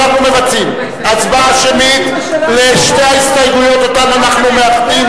אנחנו מבצעים הצבעה שמית על שתי ההסתייגויות אותן אנחנו מאחדים,